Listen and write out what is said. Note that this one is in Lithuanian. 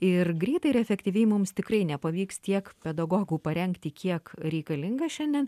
ir greitai ir efektyviai mums tikrai nepavyks tiek pedagogų parengti kiek reikalinga šiandien